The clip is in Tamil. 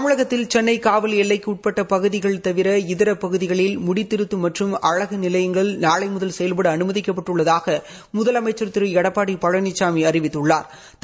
தமிழகததில் சென்னை காவல் எல்லைக்கு உட்பட்ட பகுதிகள் தவிர இதர பகுதிகளில் முடித்திருத்தும் மற்றும் அழகு நிலையங்கள் நாளை முதல் செயல்பட அனுமதிக்கப்பட்டுள்ளதாக முதலமைச்சா் திரு எடப்பாடி பழனிசாமி அறிவித்துள்ளா்